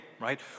right